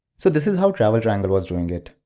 so this was how travel triangle was doing it.